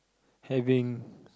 having